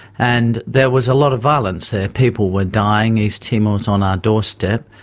and there was a lot of violence there. people were dying. east timor is on our doorstep.